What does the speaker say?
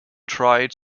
tried